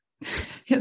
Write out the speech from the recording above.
Yes